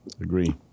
Agree